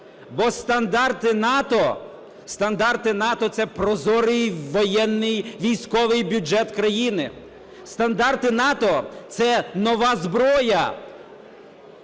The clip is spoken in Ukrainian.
стандарти НАТО – це прозорий воєнний, військовий бюджет країни. Стандарти НАТО – це нова зброя.